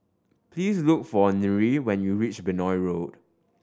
please look for Nyree when you reach Benoi Road